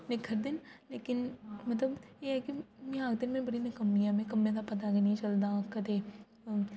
निक्खरदे न लेकिन मतलब एह् ऐ कि मी आखदे न में बड़ी नकम्मी आं मी कम्मै दा पता गै नी चलदा कदें